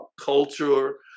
culture